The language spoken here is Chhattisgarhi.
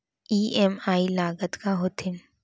ई.एम.आई लागत का होथे?